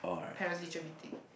Parents teacher meeting